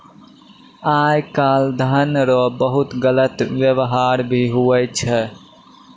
आय काल धन रो बहुते गलत वेवहार भी हुवै छै